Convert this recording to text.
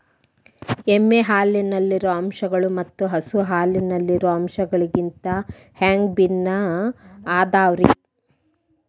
ಎಮ್ಮೆ ಹಾಲಿನಲ್ಲಿರೋ ಅಂಶಗಳು ಮತ್ತ ಹಸು ಹಾಲಿನಲ್ಲಿರೋ ಅಂಶಗಳಿಗಿಂತ ಹ್ಯಾಂಗ ಭಿನ್ನ ಅದಾವ್ರಿ?